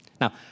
Now